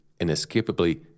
inescapably